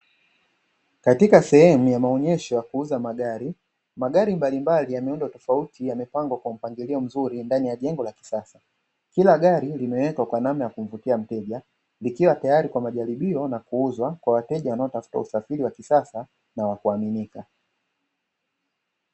Katika sehemu ya maonesho ya kuuza magari, magari mbalimbali ya miundo tofauti yamepangwa kwa mpangilio mzuri ndani ya jengo la kisasa, kila gari limewekwa kwa namna ya kumvutia mteja likiwa tayari kwa majaribio, na kuuzwa kwa wateja wanaotafuta usafiri wa kisasa na wa kuaminika.